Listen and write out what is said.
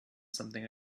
something